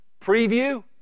Preview